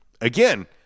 Again